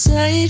Say